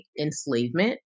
enslavement